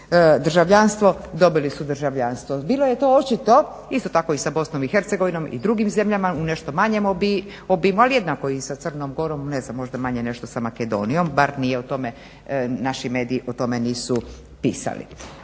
dobili su državljanstvo. Bilo je to očito isto tako sa i BIH i drugim zemljama u nešto malom obimu ali jednako i sa Crnom Gorom, možda manje nešto sa Makedonijom. Bar nije o tome, naši mediji nisu o tome pisali.